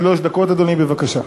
שלוש דקות, אדוני, בבקשה.